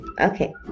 okay